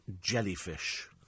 jellyfish